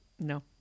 No